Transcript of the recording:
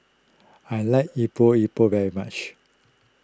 I like Epok Epok very much